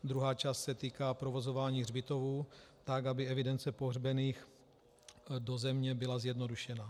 Druhá část se týká provozování hřbitovů tak, aby evidence pohřbených do země byla zjednodušena.